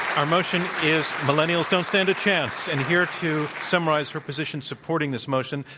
our motion is millennials don't stand a chance. and here to summarize her position supporting this motion,